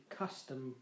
custom